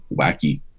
wacky